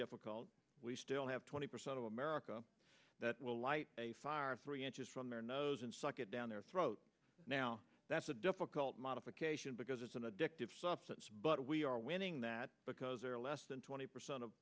difficult we still have twenty percent of america that will light a fire three inches from their nose and suck it down their throat now that's a difficult modification because it's an addictive substance but we are winning that because there are less than twenty percent of